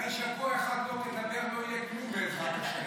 אולי שבוע אחד לא תדבר, לא יהיה כלום, בעזרת השם.